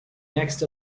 next